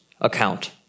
account